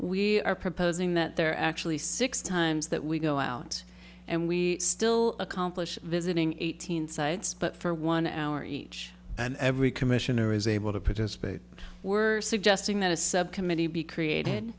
we are proposing that there are actually six times that we go out and we still accomplish visiting eight hundred sites but for one hour each and every commissioner is able to participate we're suggesting that a subcommittee be created